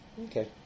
Okay